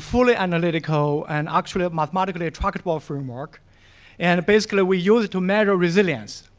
fully analytical and actuative mathematically attractive ah framework and basically we use it to measure resilience.